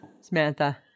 Samantha